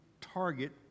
target